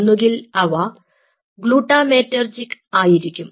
ഒന്നുകിൽ അവ ഗ്ലുട്ടാമേറ്റർജിക് ആയിരിക്കും